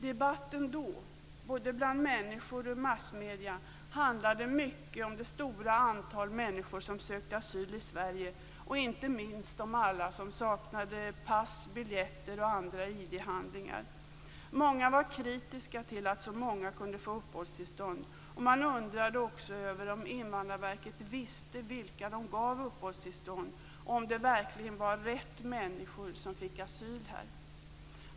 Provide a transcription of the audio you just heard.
Debatten då både bland människor och massmedierna handlade mycket om det stora antal människor som sökt asyl i Sverige, och inte minst om alla som saknade pass, biljetter och andra ID-handlingar. Många var kritiska till att så många kunde få uppehållstillstånd. Man undrade också om Invandrarverket visste vilka det gav upphållstillstånd och om det verkligen var rätt människor som fick asyl här.